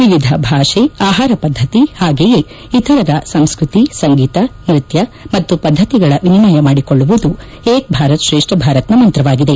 ವಿವಿಧ ಭಾಷೆ ಆಹಾರ ಪದ್ದತಿ ಹಾಗೆಯೇ ಇತರರ ಸಂಸ್ಕೃತಿ ಸಂಗೀತ ನೃತ್ಯ ಮತ್ತು ಪದ್ದತಿಗಳ ವಿನಿಮಯ ಮಾಡಿಕೊಳ್ಳುವುದು ಏಕ್ಭಾರತ್ ಶ್ರೇಷ್ಠ ಭಾರತ್ನ ಮಂತ್ರವಾಗಿದೆ